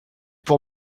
pour